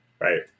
Right